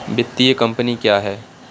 वित्तीय कम्पनी क्या है?